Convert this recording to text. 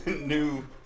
new